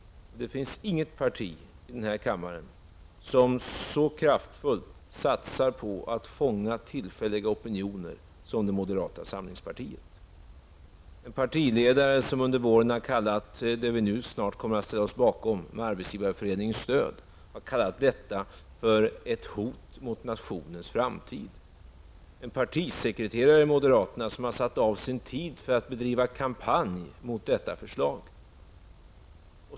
Det finns inget parti i den här kammaren som så kraftfullt satsar på att fånga tillfälliga opinioner som just moderata samlingspartiet. Moderaterna har ju en partiledare som under våren, med Arbetsgivareföreningens stöd, har kallat det förslag som vi snart kommer att ställa oss bakom för ett hot mot nationens framtid. Vidare har moderaterna en partisekreterare som har satt av tid för att bedriva en kampanj mot detta förslag.